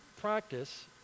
practice